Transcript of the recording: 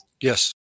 Yes